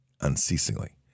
unceasingly